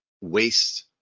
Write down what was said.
waste